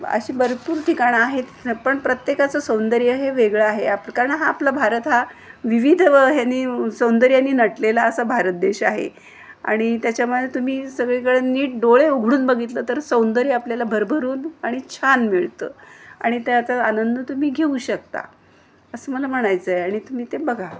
अशी भरपूर ठिकाणं आहेत पण प्रत्येकाचं सौंदर्य हे वेगळं आहे आप कारण हा आपला भारत हा विविध ह्यांनी सौंदर्यानी नटलेला असा भारत देश आहे आणि त्याच्यामध्ये तुम्ही सगळीकडे नीट डोळे उघडून बघितलं तर सौंदर्य आपल्याला भरभरून आणि छान मिळतं आणि त्याचा आनंद तुम्ही घेऊ शकता असं मला म्हणायचं आहे आणि तुम्ही ते बघा